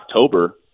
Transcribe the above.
October